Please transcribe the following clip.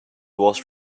was